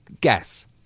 Guess